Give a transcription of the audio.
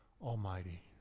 Almighty